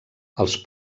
els